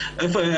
אולי ביאטה אתנו?